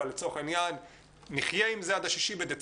אבל לצורך העניין נחיה עם זה עד ה-6 בדצמבר.